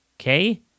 okay